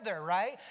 right